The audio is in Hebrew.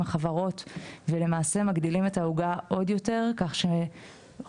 החברות ולמעשה מגדילים את העוגה עוד יותר כך שחוץ